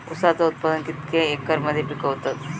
ऊसाचा उत्पादन कितक्या एकर मध्ये पिकवतत?